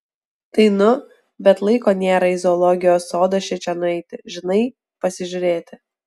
tai nu bet laiko nėra į zoologijos sodą šičia nueiti žinai pasižiūrėti